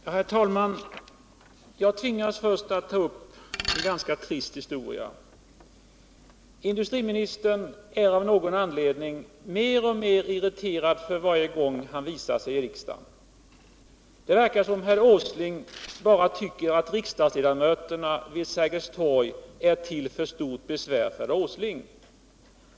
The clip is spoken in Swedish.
Herr talman! Jag tvingas först att ta upp en ganska trist historia. Industriministern blir av någon anledning mer och mer irriterad för varje gång han visar sig i riksdagen. Det verkar som om herr Åsling tycker att riksdagsledamöterna vid Sergels torg är till stort besvär för honom.